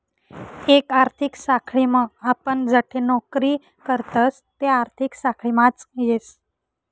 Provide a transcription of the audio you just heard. एक आर्थिक साखळीम आपण जठे नौकरी करतस ते आर्थिक साखळीमाच येस